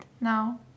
now